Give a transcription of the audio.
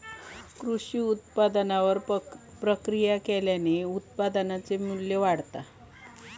कृषी उत्पादनावर प्रक्रिया केल्याने उत्पादनाचे मू्ल्य वाढते